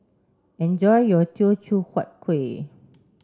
enjoy your Teochew Huat Kueh